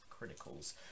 criticals